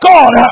God